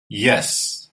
yes